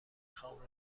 خوام